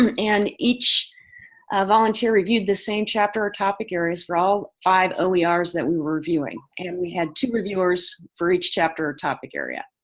um and each volunteer reviewed the same chapter or topic areas for all five ah ah oers that we were reviewing and we had two reviewers for each chapter or topic area.